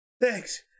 Thanks